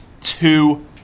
two